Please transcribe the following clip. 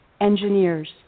engineers